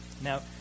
Now